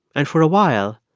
and for a while,